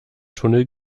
tunnel